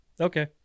Okay